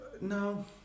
no